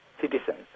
citizens